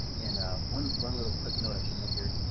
and one one little quick note i should note here,